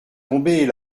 tomber